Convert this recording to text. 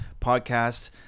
podcast